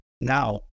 now